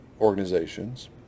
organizations